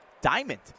Diamond